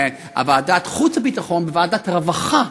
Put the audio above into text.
של ועדת חוץ וביטחון וועדת הרווחה,